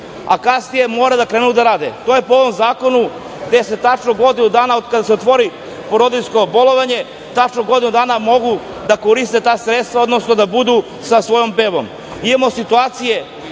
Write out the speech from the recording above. a kasnije moraju da krene da rade. To je po ovom zakonu godinu dana od kada se otvori porodiljsko bolovanje tačno godinu dana mogu da koriste ta sredstva, odnosno da budu sa svojom bebom. Imamo situacije